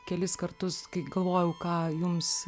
kelis kartus kai galvojau ką jums